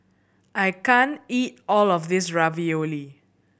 I can't eat all of this Ravioli